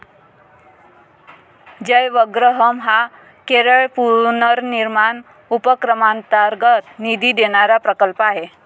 जयवग्रहम हा केरळ पुनर्निर्माण उपक्रमांतर्गत निधी देणारा प्रकल्प आहे